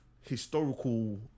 historical